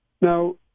Now